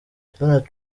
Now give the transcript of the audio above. donald